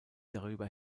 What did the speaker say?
darüber